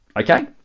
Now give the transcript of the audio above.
okay